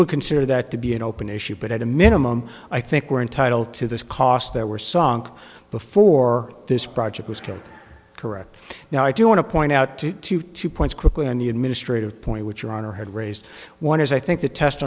would consider that to be an open issue but at a minimum i think we're entitled to this cost that were sunk before this project was killed correct now i do want to point out two to two points quickly on the administrative point which your honor had raised one is i think the test